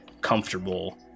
comfortable